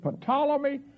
Ptolemy